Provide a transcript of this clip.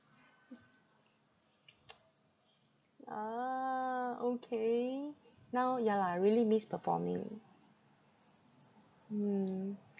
uh okay now ya lah I really miss performing mm